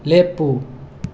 ꯂꯦꯞꯄꯨ